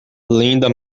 linda